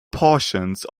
portions